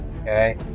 Okay